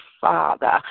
Father